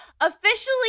officially